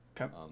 Okay